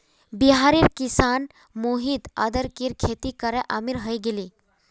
बिहारेर किसान मोहित अदरकेर खेती करे अमीर हय गेले